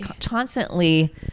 constantly